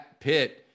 Pitt